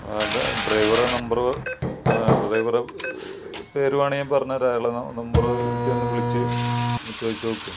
ആളുടെ ഡ്രൈവറെ നമ്പർ ഡ്രൈവറെ പേര് വേണെങ്കിൽ ഞാൻ പറഞ്ഞുതരാം അയാളെ ന നമ്പർ ചെന്ന് വിളിച്ച് ഒന്ന് ചോദിച്ചുനോക്ക്